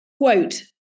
quote